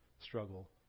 struggle